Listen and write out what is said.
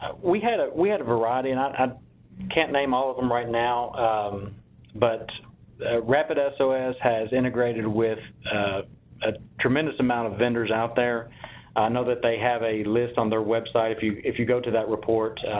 ah we had ah we had a variety. and i can't name all of them right now um but rapidsos so has has integrated with a tremendous amount of vendors out there. i know that they have a list on their website. if you if you go to that report,